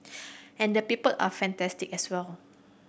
and the people are fantastic as well